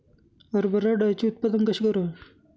हरभरा डाळीचे उत्पादन कसे करावे?